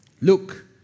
look